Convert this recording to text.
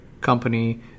company